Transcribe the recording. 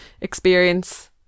experience